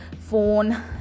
phone